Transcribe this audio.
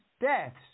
deaths